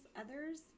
others